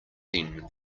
then